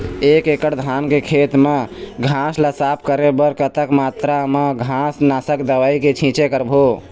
एक एकड़ धान के खेत मा घास ला साफ करे बर कतक मात्रा मा घास नासक दवई के छींचे करबो?